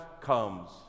comes